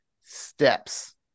steps